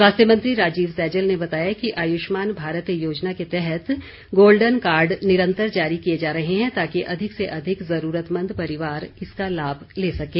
स्वास्थ्य मंत्री राजीव सैजल ने बताया कि आयुष्मान भारत योजना के तहत गोल्डन कार्ड निरंतर जारी किए जा रहे हैं ताकि अधिक से अधिक ज़रूरतमंद परिवार इसका लाभ ले सकें